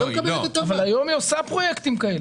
אבל היום היא עושה פרויקטים כאלה.